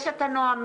יש את הנואמים,